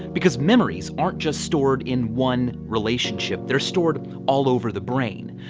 because memories aren't just stored in one relationship, they're stored all over the brain.